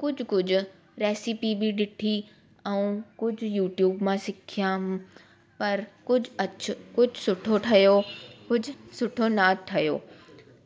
कुझु कुझु रैसिपी बि डिठी ऐं कुझु यूटयूब मां सिखियमि पर कुझु अछो कुझु सुठो ठहियो कुझु सुठो ना ठहियो